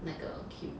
那个 cube